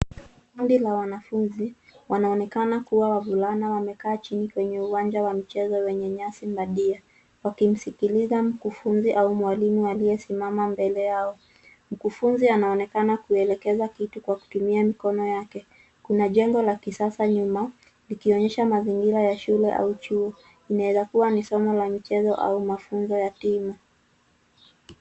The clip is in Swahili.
Ni kundi la wanafunzi, wanaonekana kuwa wavulana wamekaa chini kwenye uwanja wa michezo wenye nyasi badia. Wakimsikiliza mkufunzi au mwalimu aliyesimama mbele yao. Mkufunzi anaonekana kuwaelekeza jambo kwa kutumia mikono yake. Kuna jengo kubwa sasa nyuma, likionyesha mazingira ya shule au chuo. Inaweza kuwa ni somo la michezo au mafunzo ya timu.